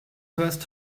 first